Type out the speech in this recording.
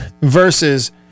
versus